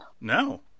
No